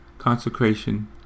consecration